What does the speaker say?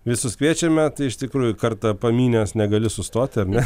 visus kviečiame tai iš tikrųjų kartą pamynęs negali sustoti ar ne